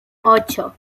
ocho